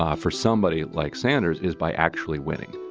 ah for somebody like sanders is by actually winning